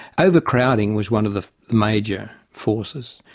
overcrowding was one of the major forces.